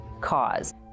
cause